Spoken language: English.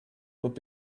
would